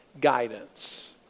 guidance